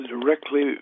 directly